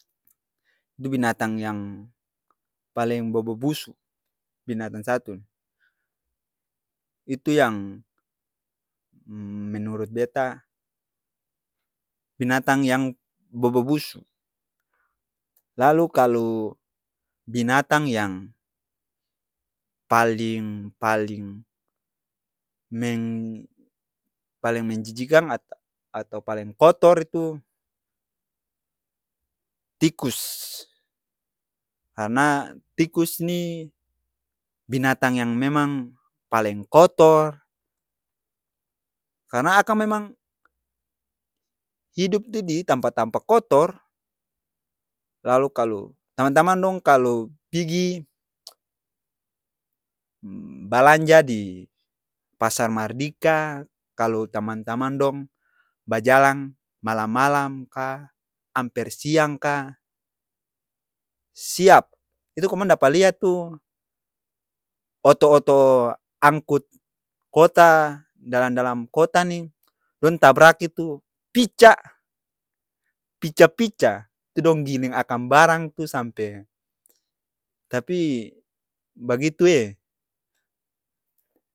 Tu binatang yang paleng bobo busu, binatang satu ni. Itu yang menurut beta binatang yang bobo busu. Lalu kalu binatang yang paling paling meng paleng menjijikan atau paleng kotor itu tikus. Karna tikus ni binatang yang memang paleng kotor, karna akang memang hidup tu di tampa-tampa kotor. Lalu kalu, tamang-tamang dong kalu pigi balanja di pasar mardika, kalu tamang-tamang dong bajalang malam-malam ka, amper siang ka, siap, itu komong dapa lia tu oto-oto angkut kota, dalam-dalam kota ni dong tabrak itu pica, pica-pica. Itu dong giling akang barang tu sampe tapi, bagitu e.